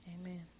Amen